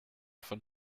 von